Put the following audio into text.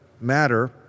matter